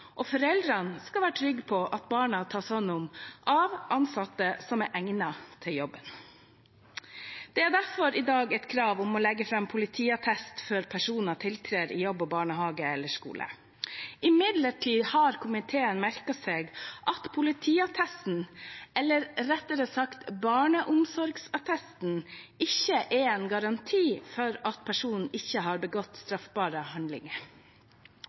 og foreldrene skal være trygge på at barna tas hånd om av ansatte som er egnet til jobben. Det er derfor i dag et krav om å legge fram politiattest før personer tiltrer i jobb i barnehage eller skole. Imidlertid har komiteen merket seg at politiattesten, eller rettere sagt barneomsorgsattesten, ikke er en garanti for at personen ikke har begått straffbare handlinger.